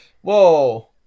Whoa